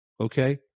Okay